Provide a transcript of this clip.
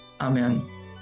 amen